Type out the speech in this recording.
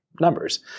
numbers